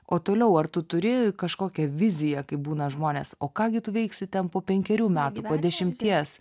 o toliau ar tu turi kažkokią viziją kaip būna žmonės o ką gi tu veiksi ten po penkerių metų po dešimties